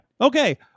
okay